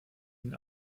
ihn